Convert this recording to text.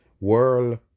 world